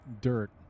dirt